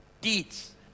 Deeds